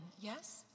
Yes